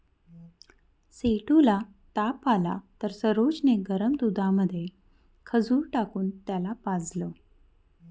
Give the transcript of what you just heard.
सेठू ला ताप आला तर सरोज ने गरम दुधामध्ये खजूर टाकून त्याला पाजलं